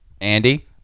Andy